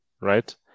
right